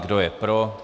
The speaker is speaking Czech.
Kdo je pro?